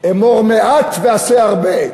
אמור מעט ועשה הרבה.